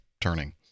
turning